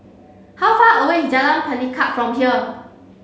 how far away is Jalan Pelikat from here